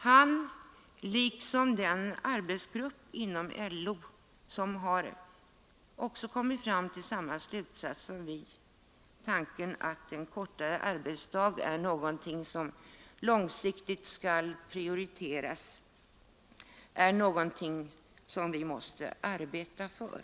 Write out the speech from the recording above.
Han anser liksom den arbetsgrupp inom LO som också kommit fram till samma slutsats som vi att en kortare arbetsdag är någonting som långsiktigt måste prioriteras och någonting som vi skall arbeta för.